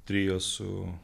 trio su